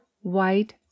white